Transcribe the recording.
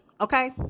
Okay